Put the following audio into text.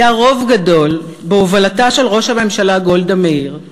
היה רוב גדול, בהובלתה של ראש הממשלה גולדה מאיר,